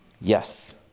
Yes